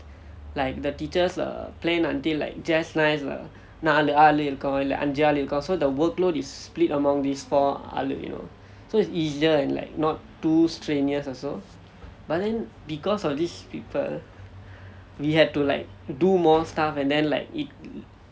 like the teachers err plan until like just nice lah நாலு ஆள் இருக்கும் இல்ல ஐந்து ஆள் இருக்கும்:naalu aal irukkum illa ainthu aal irukkum so the workload is split among these four ஆளு:aalu you know so it's easier and like not too strenuous also but then because of these people we had to like do more stuff and then like it